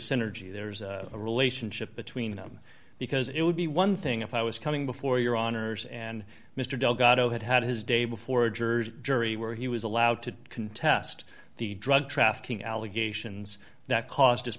synergy there's a relationship between them because it would be one thing if i was coming before your honor's and mr delgado had had his day before a jersey jury where he was allowed to contest the drug trafficking allegations that cost his